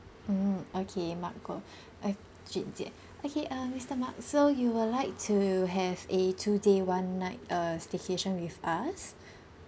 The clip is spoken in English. mm okay mark goh uh jun jie okay uh mister mark so you would like to have a two day one night uh staycation with us